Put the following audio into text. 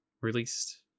released